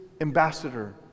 ambassador